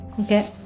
Okay